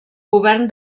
govern